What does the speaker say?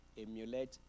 emulate